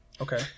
Okay